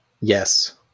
Yes